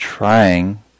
Trying